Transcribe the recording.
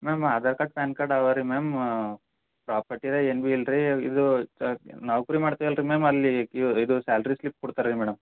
ma'am Aadhaar card PAN card ಅವ ರಿ ma'am property ಎಲ್ಲ ಏನು ಭಿ ಇಲ್ಲ ರಿ ಇದು ಇದು ನೌಕರಿ ಮಾಡ್ತಿವಲ್ಲ ರೀ ಮ್ಯಾಮ್ ಅಲ್ಲಿ ಇದು ಸ್ಯಾಲ್ರಿ ಸ್ಲಿಪ್ ಕೊಡ್ತಾರೆ ಮೇಡಮ್